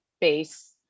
base